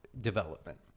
development